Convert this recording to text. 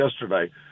yesterday